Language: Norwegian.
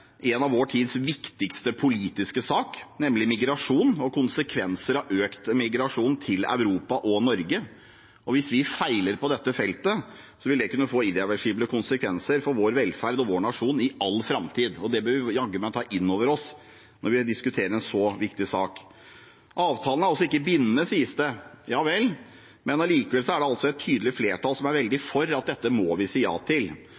en av vår tids viktigste politiske saker, nemlig migrasjon og konsekvensene av økt migrasjon til Europa og Norge. Hvis vi feiler på dette feltet, vil det kunne få irreversible konsekvenser for vår velferd og vår nasjon i all framtid, og det bør vi jaggu meg ta inn over oss når vi diskuterer en så viktig sak. Avtalen er altså ikke bindende, sies det. Ja vel, men allikevel er det et tydelig flertall som er veldig for å si ja til